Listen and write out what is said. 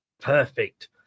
Perfect